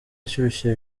ashyushye